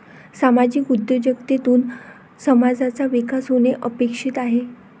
सामाजिक उद्योजकतेतून समाजाचा विकास होणे अपेक्षित आहे